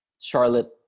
Charlotte